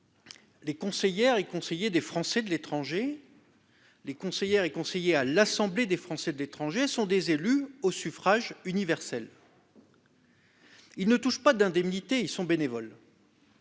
rectifié. Les conseillers des Français de l'étranger et les conseillers à l'Assemblée des Français de l'étranger sont élus au suffrage universel. Ils ne touchent pas d'indemnité, ils sont bénévoles.